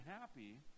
happy